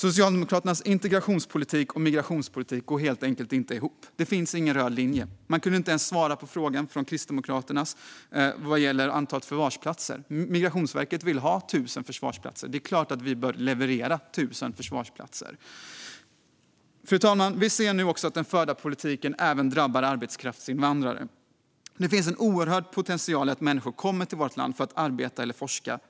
Socialdemokraternas integrationspolitik och migrationspolitik går helt enkelt inte ihop. Det finns ingen röd linje. Man kunde inte ens svara på frågan från Kristdemokraterna vad gäller antalet förvarsplatser. Migrationsverket vill ha 1 000 förvarsplatser, och då är det klart att vi bör leverera 1 000 förvarsplatser. Fru talman! Vi ser nu att den förda politiken även drabbar arbetskraftsinvandrare. Det finns en oerhörd potential i att människor kommer till vårt land för att arbeta eller forska.